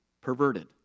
perverted